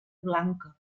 blanca